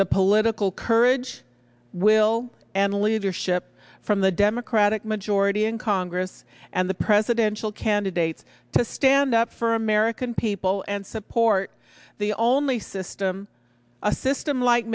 the political courage will and leadership from the democratic majority in congress and the presidential candidates to stand up for american people and support the only system a system like